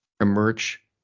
emerge